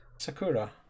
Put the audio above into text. Sakura